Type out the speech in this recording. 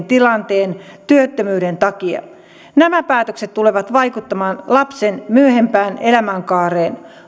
tilanteen työttömyyden takia nämä päätökset tulevat vaikuttamaan lapsen myöhempään elämänkaareen